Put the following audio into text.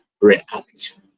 react